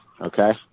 okay